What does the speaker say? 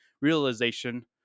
realization